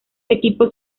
equipos